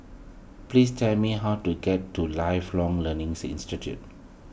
please tell me how to get to Lifelong Learning's Institute